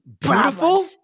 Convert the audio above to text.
beautiful